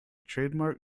trademark